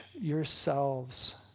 yourselves